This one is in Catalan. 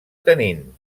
tenint